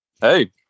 Hey